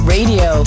Radio